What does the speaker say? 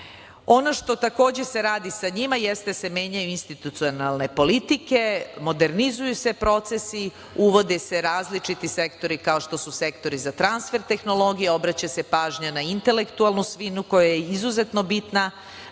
što takođe se radi sa njima jeste da se menjaju institucione politike, modernizuju se procesi, uvode se različiti sektori, kao što su sektori za transfer tehnologije, obraća se pažnja na intelektualnu svojinu koja je izuzetno bitna